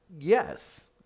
Yes